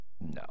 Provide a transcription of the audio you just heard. No